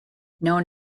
known